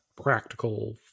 practical